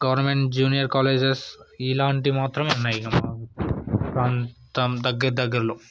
government junior colleges ఇలాంటివి మాత్రమే ఉన్నాయి మా ప్రాంతం దగ్గర దగ్గరలో